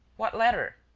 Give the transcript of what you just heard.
what letter?